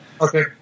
Okay